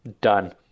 Done